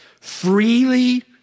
Freely